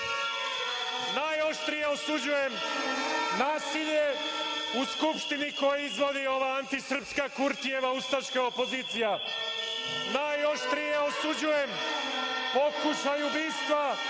slobodo! Najoštrije osuđujem nasilje u Skupštini koje izvodi ova antisrpska Kurtijeva ustaška opozicija. Najoštrije osuđujem pokušaj ubistva